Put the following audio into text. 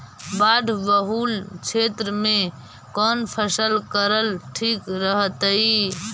बाढ़ बहुल क्षेत्र में कौन फसल करल ठीक रहतइ?